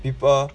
people